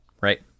right